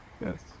yes